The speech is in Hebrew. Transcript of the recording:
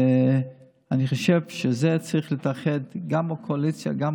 אני חושב שבזה צריך להתאחד גם מהקואליציה וגם